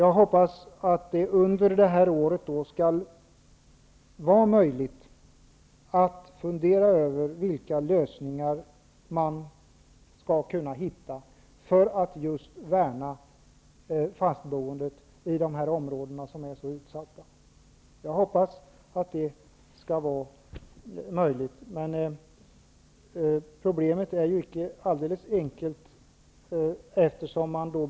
Jag hoppas att det under det här året skall vara möjligt för oss att hitta lösningar för att kunna värna fastboendet i dessa områden, som är så utsatta. Men problemet är inte helt enkelt.